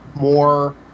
more